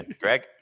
Greg